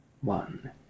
one